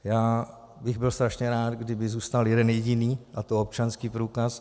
Já bych byl strašně rád, kdyby zůstal jeden jediný, a to občanský průkaz.